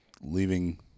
leaving